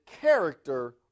character